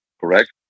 correct